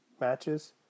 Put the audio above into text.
matches